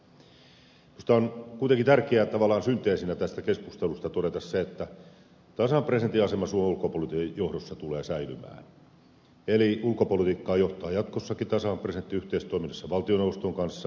minusta on kuitenkin tärkeää tavallaan synteesinä tästä keskustelusta todeta se että tasavallan presidentin asema suomen ulkopolitiikan johdossa tulee säilymään eli ulkopolitiikkaa johtaa jatkossakin tasavallan presidentti yhteistoiminnassa valtioneuvoston kanssa